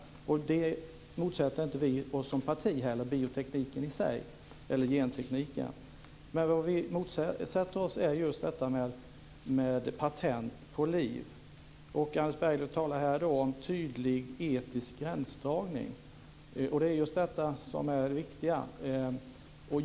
Vi som parti motsätter oss inte heller gentekniken i sig. Vad vi motsätter oss är just detta med patent på liv. Anders Berglöv talar här om tydlig etisk gränsdragning. Det är just detta som är det viktiga.